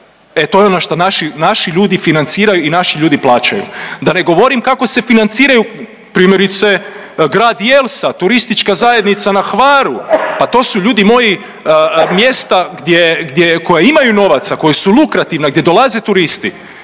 E to je ono što naši ljudi financiraju i naši ljudi plaćaju. Da ne govorim kako se financiraju primjerice grad Jelsa TZ na Hvaru, pa to su ljudi moji mjesta koja imaju novaca, koja su lukrativna gdje dolaze turisti,